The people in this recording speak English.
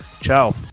Ciao